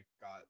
got